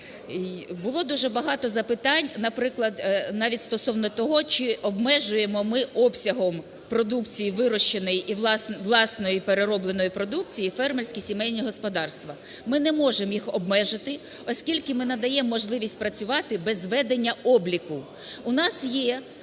Було дуже багато запитань, наприклад, навіть стосовно того, чи обмежуємо ми обсягом продукції вирощеної і власної переробленої продукції фермерські сімейні господарства. Ми не можемо їх обмежити, оскільки ми надаємо можливість працювати без ведення обліку.